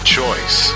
choice